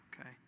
Okay